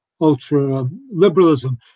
ultra-liberalism